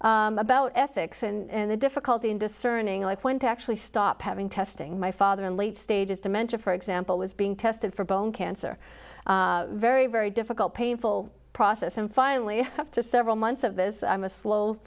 learned about ethics and the difficulty in discerning like when to actually stop having testing my father in late stages dimentia for example was being tested for bone cancer very very difficult painful process and finally after several months of this i'm a slow